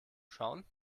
schauen